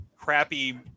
crappy